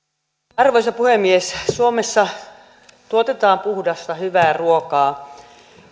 arvoisa puhemies suomessa tuotetaan puhdasta hyvää ruokaa